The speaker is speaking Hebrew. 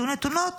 יהיו נתונות